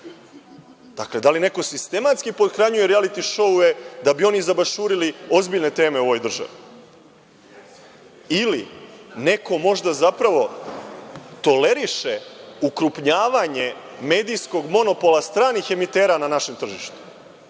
da li neko sistematski pothranjuje rijaliti šouove da bi oni zabašurili ozbiljne teme u ovoj državi ili neko možda zapravo toleriše ukrupnjavanje medijskog monopola stranih emitera na našem tržištu?